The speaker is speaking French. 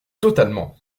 totalement